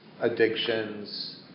addictions